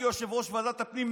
כיושב-ראש ועדת הפנים,